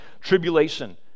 tribulation